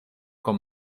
con